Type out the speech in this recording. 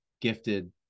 gifted